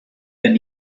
and